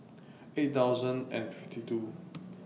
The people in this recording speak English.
eight thousand and fifty two